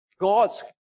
God's